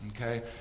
Okay